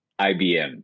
IBM